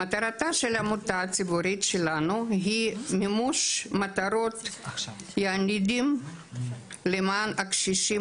מטרתה של העמותה הציבורית שלנו היא מימוש מטרות למען הקשישים